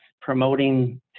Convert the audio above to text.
promoting